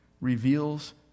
reveals